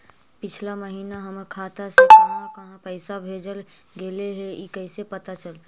पिछला महिना हमर खाता से काहां काहां पैसा भेजल गेले हे इ कैसे पता चलतै?